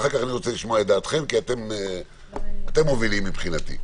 ואחר-כך אני רוצה לשמוע את דעתכם כי אתם מובילים מבחינתי.